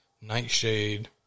Nightshade